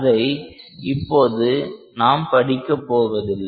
அதை இப்போது நாம் படிக்கப் போவதில்லை